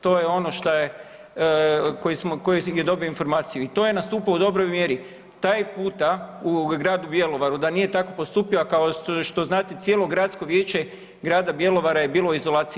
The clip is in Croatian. To je ono šta je koju je dobio informaciju i to je nastupao u dobroj mjeri, taj puta, u gradu Bjelovaru da nije tako postupio, a kao što znate cijelo gradsko vijeće grada Bjelovara je bilo u izolaciji.